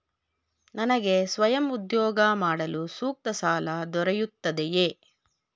ನನಗೆ ಸ್ವಯಂ ಉದ್ಯೋಗ ಮಾಡಲು ಸೂಕ್ತ ಸಾಲ ದೊರೆಯುತ್ತದೆಯೇ?